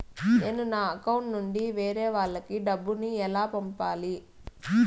నేను నా అకౌంట్ నుండి వేరే వాళ్ళకి డబ్బును ఎలా పంపాలి?